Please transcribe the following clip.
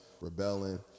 rebelling